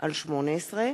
זהבה גלאון ואילן גילאון.